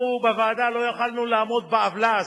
אנחנו בוועדה לא יכולנו לעמוד בעוולה הזאת,